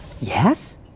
Yes